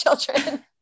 children